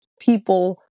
people